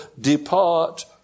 depart